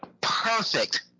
Perfect